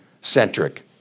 centric